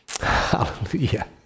Hallelujah